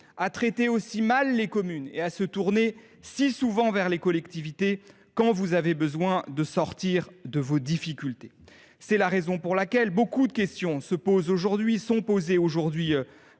à traiter aussi mal les communes et à s’adresser si souvent aux collectivités quand vous avez besoin de sortir de vos difficultés ! C’est la raison pour laquelle beaucoup de questions sont posées aujourd’hui